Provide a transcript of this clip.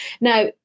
Now